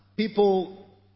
People